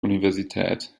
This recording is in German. universität